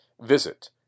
Visit